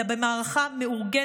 אלא במערכה מאורגנת,